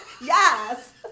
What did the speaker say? Yes